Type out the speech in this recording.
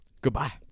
Goodbye